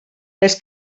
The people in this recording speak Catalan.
els